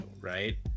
right